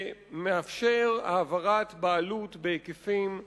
שמאפשר העברת בעלות בהיקפים עצומים.